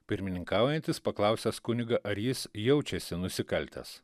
pirmininkaujantis paklausęs kunigą ar jis jaučiasi nusikaltęs